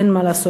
אין מה לעשות.